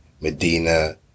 Medina